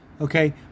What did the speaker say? okay